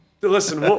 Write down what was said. Listen